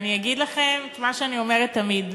ואני אגיד לכם את מה שאני אומרת תמיד,